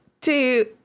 two